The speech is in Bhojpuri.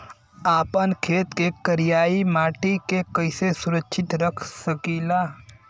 आपन खेत के करियाई माटी के कइसे सुरक्षित रख सकी ला?